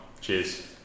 Cheers